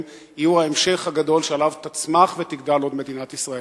יהיו ההמשך הגדול שעליו תצמח ותגדל עוד מדינת ישראל.